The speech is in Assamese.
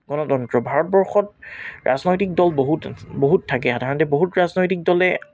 গণতন্ত্ৰ ভাৰতবৰ্ষত ৰাজনৈতিক দল বহুত বহুত থাকে সাধাৰণতে বহুত ৰাজনৈতিক দলে